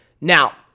Now